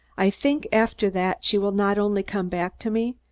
i think, after that, she will not only come back to me,